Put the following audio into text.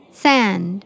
sand